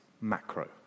macro